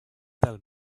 del